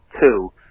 two